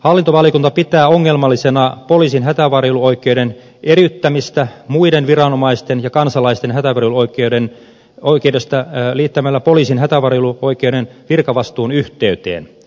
hallintovaliokunta pitää ongelmallisena poliisin hätävarjeluoikeuden eriyttämistä muiden viranomaisten ja kansalaisten hätävarjeluoikeudesta liittämällä poliisin hätävarjeluoikeuden virkavastuun yhteyteen